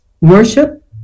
worship